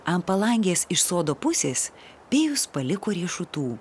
ant palangės iš sodo pusės pijus paliko riešutų